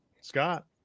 Scott